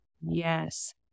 Yes